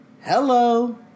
Hello